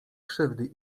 krzywdy